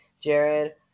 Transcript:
Jared